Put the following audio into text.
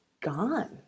gone